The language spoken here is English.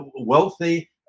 wealthy